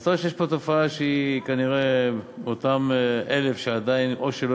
אז יש פה כנראה 1,000 שעדיין או שלא